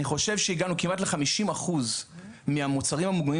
אני חושב שהגענו כמעט ל-50% מהמוצרים המוגמרים